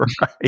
right